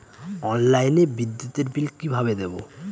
অনলাইনে বিদ্যুতের বিল কিভাবে দেব?